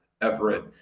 Everett